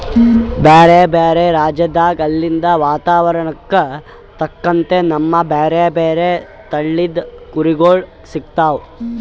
ಬ್ಯಾರೆ ಬ್ಯಾರೆ ರಾಜ್ಯದಾಗ್ ಅಲ್ಲಿಂದ್ ವಾತಾವರಣಕ್ಕ್ ತಕ್ಕಂಗ್ ನಮ್ಗ್ ಬ್ಯಾರೆ ಬ್ಯಾರೆ ತಳಿದ್ ಕುರಿಗೊಳ್ ಸಿಗ್ತಾವ್